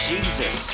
Jesus